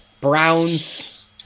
Browns